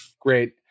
Great